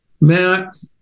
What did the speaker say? Matt